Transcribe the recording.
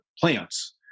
plants